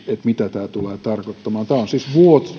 mitä tämä tulee tarkoittamaan tämä on siis